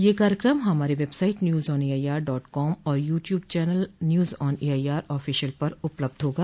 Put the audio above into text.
यह कार्यक्रम हमारी website news on AIR dot com और YouTube channel news on AIR official पर उपलब्ध होगा